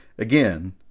Again